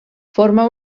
forma